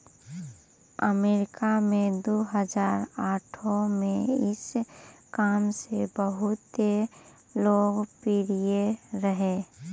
अमरीका मे दु हजार आठो मे ई कामर्स बहुते लोकप्रिय रहै